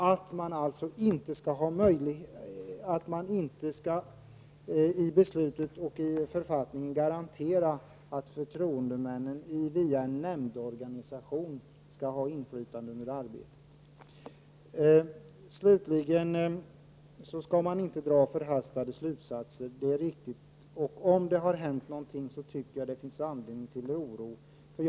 Denna kompromisslösning innebär att det inte garanteras i beslutet och författningen att förtroendemännen via en nämndorganisation skall ha inflytande över arbetet. Slutligen är det riktigt att man inte bör dra förhastade slutsater. Om någonting har hänt, finns det anledning till oro.